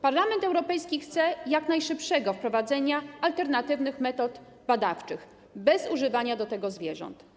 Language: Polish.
Parlament Europejski chce jak najszybszego wprowadzenia alternatywnych metod badawczych bez używania do tego zwierząt.